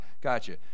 gotcha